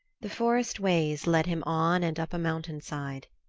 the forest ways led him on and up a mountain-side.